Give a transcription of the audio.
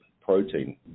protein